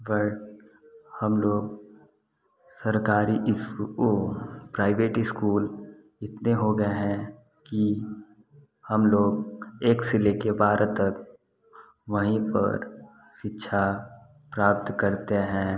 but हम लोग सरकारी इफ़ वो प्राइवेट इस्कूल इतने हो गए हैं कि हम लोग एक से ले कर बारह तक वहीं पर शिक्षा प्राप्त करते हैं